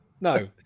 No